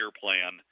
plan